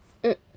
mm